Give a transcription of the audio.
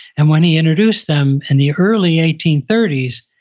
and when he introduced them in the early eighteen thirty s,